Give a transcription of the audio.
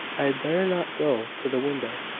i had better not go to the window,